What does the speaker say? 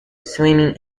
swimming